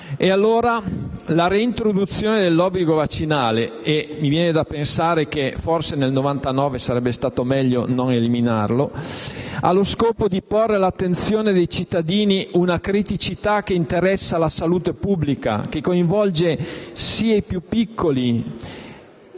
poco. La reintroduzione dell'obbligo vaccinale - e mi viene da pensare che forse nel 1999 sarebbe stato meglio non eliminarlo - ha quindi lo scopo di porre all'attenzione dei cittadini una criticità che interessa la salute pubblica, che coinvolge sia i più piccoli